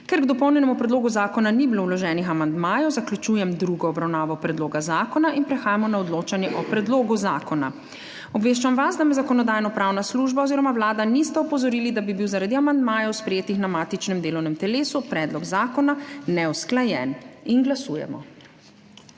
Ker k dopolnjenemu predlogu zakona ni bilo vloženih amandmajev, zaključujem drugo obravnavo predloga zakona in prehajamo na odločanje o predlogu zakona. Obveščam vas, da me Zakonodajno-pravna služba oziroma Vlada nista opozorili, da bi bil zaradi amandmajev, sprejetih na matičnem delovnem telesu, predlog zakona neusklajen. Glasujemo.